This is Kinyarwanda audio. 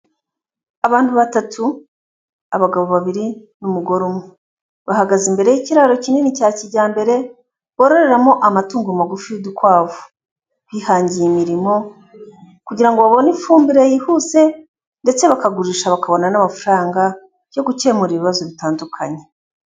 Abantu batatu, abagabo babiri n'umugore umwe, bahagaze imbere y'ikiraro kinini cya kijyambere bororeramo amatungo magufi y'udukwavu, bihangiye imirimo, kugira babone ifumbire yihuse, ndetse bakagurisha bakabona n'amafaranga yo gukemura ibibazo bitandukanye.